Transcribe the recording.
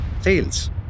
sales